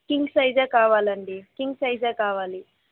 king సైజే కావాలండి king సైజే కావాలి